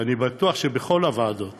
ואני בטוח שבכל הוועדות